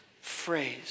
phrase